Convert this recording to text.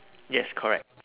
yes correct